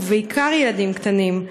ובעיקר ילדים קטנים.